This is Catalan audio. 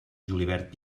julivert